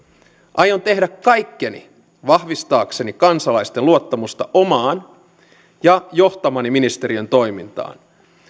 aion tehdä kaikkeni vahvistaakseni kansalaisten luottamusta omaan ja johtamani ministeriön toimintaan